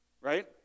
right